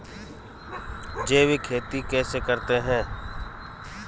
जैविक खेती कैसे करते हैं?